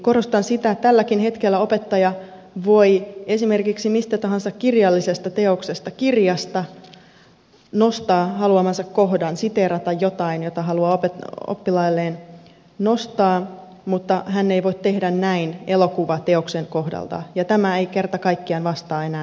korostan sitä että tälläkin hetkellä opettaja voi esimerkiksi mistä tahansa kirjallisesta teoksesta kirjasta nostaa haluamansa kohdan siteerata jotain jota haluaa oppilailleen nostaa mutta hän ei voi tehdä näin elokuvateoksen kohdalta ja tämä ei kerta kaikkiaan vastaa enää tätä päivää